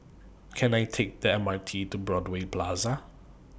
Can I Take The M R T to Broadway Plaza